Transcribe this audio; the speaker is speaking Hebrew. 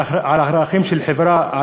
על ערכים של חברה,